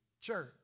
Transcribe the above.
church